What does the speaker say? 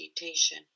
meditation